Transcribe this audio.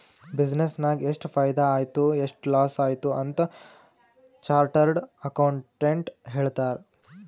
business ನಾಗ್ ಎಷ್ಟ ಫೈದಾ ಆಯ್ತು ಎಷ್ಟ ಲಾಸ್ ಆಯ್ತು ಅಂತ್ ಚಾರ್ಟರ್ಡ್ ಅಕೌಂಟೆಂಟ್ ಹೇಳ್ತಾರ್